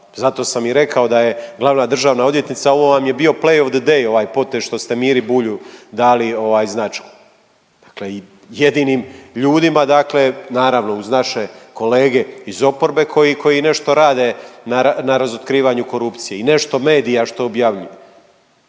Zato sam i rekao da je Glavna državna odvjetnica, ovo vam je bio play of the day, ovaj potez što ste Miri Bulju dali, ovaj značku. Dakle, jedinim ljudima dakle, naravno uz naše kolege iz oporbe koji, koji nešto rade na razotkrivanju korupcije i nešto medija što objavljuju.